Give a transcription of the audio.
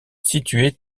situé